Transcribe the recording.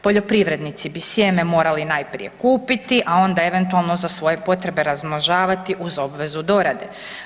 Poljoprivrednici bi sjeme morali najprije kupiti a onda eventualno za svoje potrebe razmnožavati uz obvezu dorade.